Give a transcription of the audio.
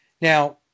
Now